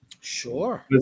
sure